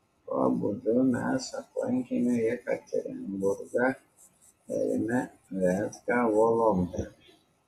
tuo būdu mes aplankėme jekaterinburgą permę viatką vologdą